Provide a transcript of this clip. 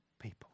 people